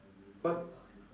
but